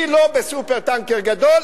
אני לא ב"סופר-טנקר" גדול,